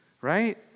right